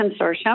Consortium